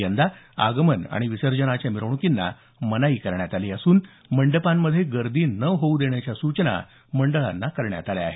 यंदा आगमन आणि विसर्जनाच्या मिरवणुकींना मनाई करण्यात आली असून मंडपांमधे गर्दी न होऊ देण्याच्या सूचना मंडळांना करण्यात आल्या आहेत